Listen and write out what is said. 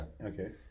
Okay